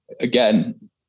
Again